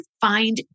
find